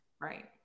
Right